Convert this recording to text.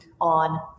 on